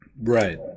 Right